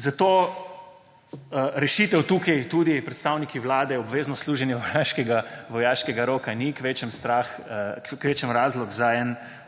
Za to rešitev tukaj tudi, predstavniki Vlade, v obveznem služenju vojaškega roka ni, kvečjemu razlog za en